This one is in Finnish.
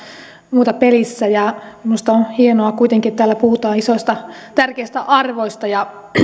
muuta pelissä minusta on hienoa kuitenkin että täällä puhutaan isoista ja tärkeistä arvoista ja